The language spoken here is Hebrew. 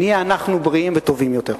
נהיה "אנחנו" בריאים וטובים יותר.